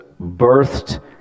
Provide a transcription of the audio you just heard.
birthed